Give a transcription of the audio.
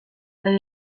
ari